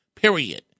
Period